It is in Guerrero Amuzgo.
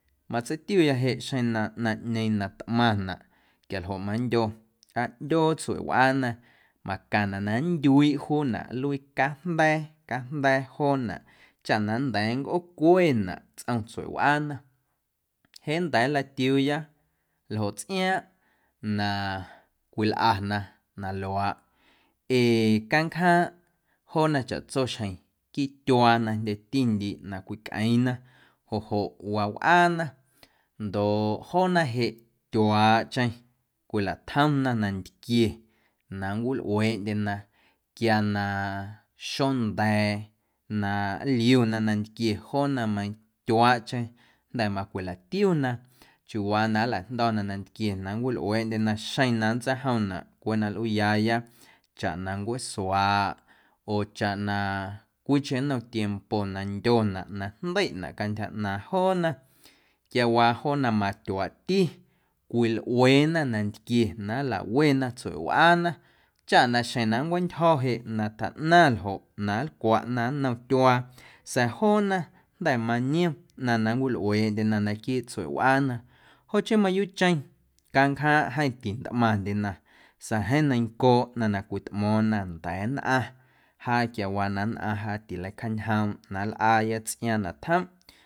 Matseitiuya jeꞌ xjeⁿ ꞌnaⁿꞌñeeⁿ tꞌmaⁿnaꞌ quialjoꞌ mandyo aa ꞌndyoo tsueꞌwꞌaana macaⁿnaꞌ na nntyuiiꞌ juunaꞌ nluii cajnda̱a̱ cajnda̱a̱ joonaꞌ chaꞌ na nnda̱a̱ nncꞌoocwenaꞌ tsꞌom tsueꞌwꞌaana jeꞌ nnda̱a̱ nlatiuuya ljoꞌ tsꞌiaaⁿꞌ na cwilꞌana na luaaꞌ ee canjaaⁿꞌ joona chaꞌtso xjeⁿ quiiꞌ tyuaa na jndyetindiiꞌ na cwicꞌeeⁿna joꞌ joꞌ waa wꞌaana ndoꞌ joona jeꞌ tyuaaꞌcheⁿ cwilatjomna nantquie na nncwilꞌueeꞌna quia na xonda̱a̱ na nliuna nantquie joona matyuaaꞌcheⁿ jnda̱ macwilatiuna chiuuwaa na nlajndo̱na nantquie na nncwilꞌueeꞌndyena xeⁿ na nntseijomnaꞌ cweꞌ na nlꞌuuyaaya chaꞌ na ncueesuaꞌ oo chaꞌ na cwiicheⁿ nnom tiemo na ndyonaꞌ na jndeiꞌnaꞌ cantyja ꞌnaaⁿ joona quiawaa joona matyuaaꞌti cwilꞌueena nantquie na nlawena tsueꞌwꞌaana chaꞌ na xjeⁿ na nncweꞌntyjo̱ jeꞌ na tjaꞌnaⁿ ljoꞌ na nlcwaꞌna nnom tyuaa sa̱a̱ joona jnda̱ maniom ꞌnaⁿ na nncwilꞌueeꞌndyena naquiiꞌ tsueꞌwꞌaana joꞌ chii mayuuꞌcheⁿ canjaaⁿꞌ jeeⁿ titꞌmaⁿndyena sa̱a̱ jeeⁿ neiⁿncooꞌ ꞌnaⁿ na cwitꞌmo̱o̱na nda̱a̱ nnꞌaⁿ jaa quiawaa na nnꞌaⁿ jaa tileicjaañjoomꞌ na nlꞌaaya tsꞌiaaⁿ na tjomꞌ.